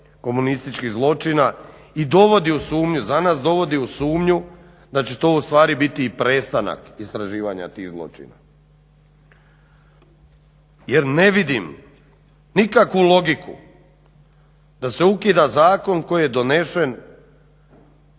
komunističkih zločina i dovodi u sumnju za nas dovodi u sumnju da će to ustvari biti i prestanak istraživanja tih zločina. Jer ne vidim nikakvu logiku da se ukida zakon koji je donesen